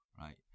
right